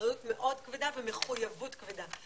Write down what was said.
אחריות מאוד כבדה ומחויבות כבדה,